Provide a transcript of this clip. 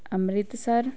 Amritsar